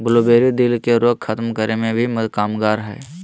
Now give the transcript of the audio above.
blueberry, दिल के रोग खत्म करे मे भी कामगार हय